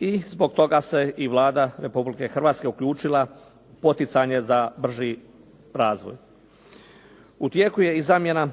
i zbog toga se i Vlada Republike Hrvatske uključila u poticanje za brži razvoj. U tijeku je i zamjena